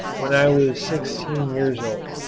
when i was sixteen years old.